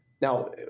Now